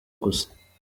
gusa